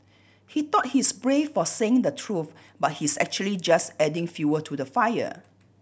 he thought he's brave for saying the truth but he's actually just adding fuel to the fire